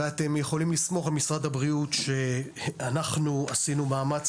ואתם יכולים לסמוך על משרד הבריאות שאנחנו עשינו מאמץ